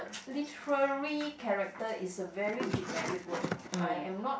literary character is a very generic word you know I am not